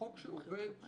חוק שעובד,